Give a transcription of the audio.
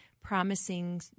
promising